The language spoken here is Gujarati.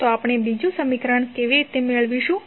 તો આપણે બીજું સમીકરણ કેવી રીતે મેળવીશું